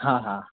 हाँ हाँ